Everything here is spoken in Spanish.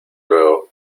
luego